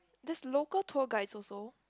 there's local tour guides also